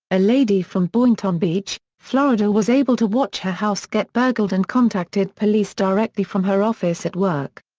a lady from boynton beach, florida was able to watch her house get burgled and contacted police directly from her office at work.